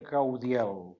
caudiel